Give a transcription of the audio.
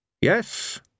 Yes